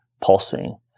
pulsing